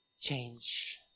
change